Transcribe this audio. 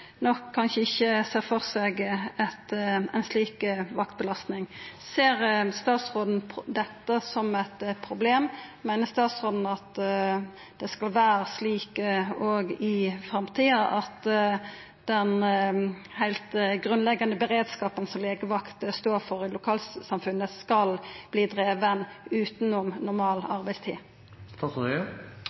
no, som nok kanskje ikkje ser for seg ei slik vaktbelastning. Ser statsråden dette som eit problem? Meiner statsråden at det skal vera slik òg i framtida at den heilt grunnleggjande beredskapen som legevakta står for i lokalsamfunnet, skal drivast utanom normal